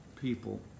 people